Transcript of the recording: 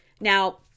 Now